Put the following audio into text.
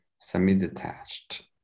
semi-detached